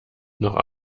noch